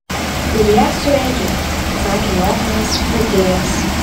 ir ją suėdžiau atsakė johanas pūtėjas